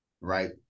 right